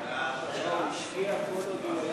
התשע"ד 2013, נתקבל.